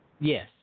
Yes